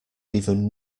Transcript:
even